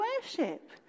worship